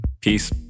Peace